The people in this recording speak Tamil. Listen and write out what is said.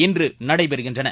இன்று நடைபெறுகின்றன